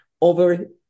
over